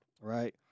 right